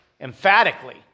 emphatically